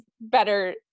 better